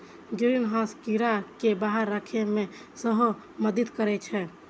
greenhouse कीड़ा कें बाहर राखै मे सेहो मदति करै छै